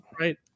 Right